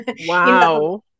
Wow